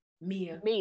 Mia